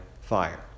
fire